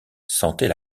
sentait